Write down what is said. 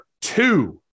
two